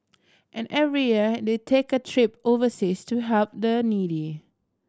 and every year they take a trip overseas to help the needy